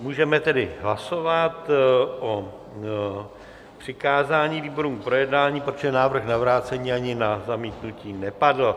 Můžeme tedy hlasovat o přikázání výborům k projednání, protože návrh na vrácení ani zamítnutí nepadl.